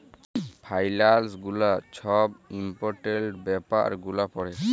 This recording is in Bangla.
ফাইলালস গুলা ছব ইম্পর্টেলট ব্যাপার গুলা পড়ে